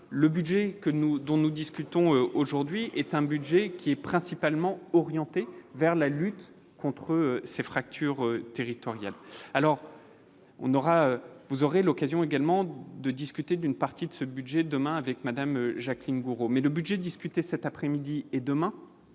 que nous dont nous discutons aujourd'hui est un budget qui est principalement orienté vers la lutte contre ces fractures territoriales, alors on aura, vous aurez l'occasion également de discuter d'une partie de ce budget demain avec Madame Jacqueline Gourault, mais le budget discuté cet après-midi et demain